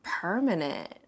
permanent